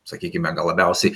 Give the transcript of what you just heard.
sakykime gal labiausiai